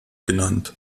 genannt